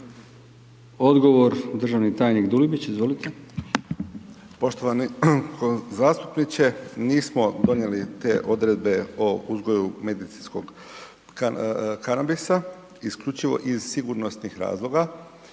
Odgovor državni tajnik Dulibić, izvolite. **Dulibić, Tomislav (HDZ)** Poštovani zastupniče, nismo donijeli te odredbe o uzgoju medicinskog kanabisa isključivo iz sigurnosnih razloga,